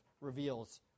reveals